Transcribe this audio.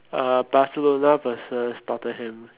uh Barcelona versus Tottenham